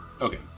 Okay